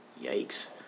Yikes